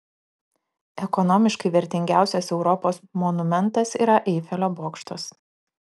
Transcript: ekonomiškai vertingiausias europos monumentas yra eifelio bokštas